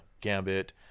Gambit